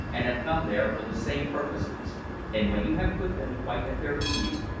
and have come there for the same purposes and, when you have put them quite at their ease,